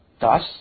Thus